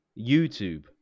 YouTube